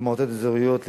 במועצות אזוריות,